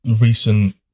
recent